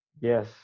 yes